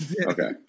okay